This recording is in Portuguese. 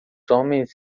homens